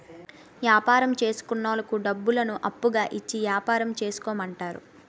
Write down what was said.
యాపారం చేసుకున్నోళ్లకు డబ్బులను అప్పుగా ఇచ్చి యాపారం చేసుకోమంటారు